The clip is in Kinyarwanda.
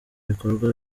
ibikorwa